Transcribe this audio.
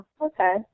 okay